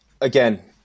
again